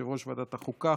יושב-ראש ועדת החוקה,